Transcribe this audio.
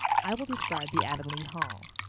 i will describe the avonlea hall.